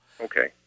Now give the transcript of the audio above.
Okay